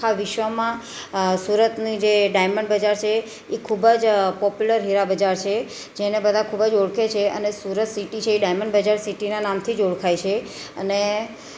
વિશ્વમાં સુરતની જે ડાયમંડ બજાર છે ઇ ખૂબ જ પોપ્યુલર હીરા બજાર છે જેને બધા ખૂબ જ ઓળખે છે અને સુરત સિટી છે એ ડાયમંડ બજાર સિટીના નામથી જ ઓળખાય છે અને